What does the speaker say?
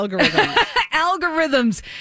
Algorithms